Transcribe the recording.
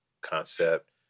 concept